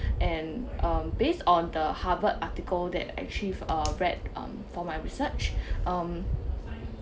and um based on the harvard article that I've actually uh read um for my research um